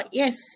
yes